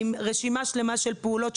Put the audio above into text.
עם רשימה שלימה של פעולות,